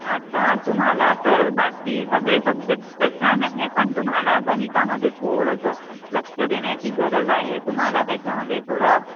आता तुम्हाला तर बाकी सगळे सब्जेक्ट तर छान आहे पण तुम्हाला गणितामध्ये थोडंसं लक्ष देण्याची गरज आहे तुम्हाला त्याच्यामध्ये थोडं